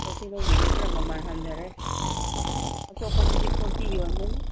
ꯑꯧ ꯇꯤꯜꯍꯧꯒꯤꯗꯤ ꯈꯔ ꯃꯃꯟ ꯍꯟꯊꯔꯦ ꯑꯇꯣꯞꯄꯗꯗꯤ ꯐꯣꯔꯇꯤ ꯌꯣꯟꯕꯅꯤ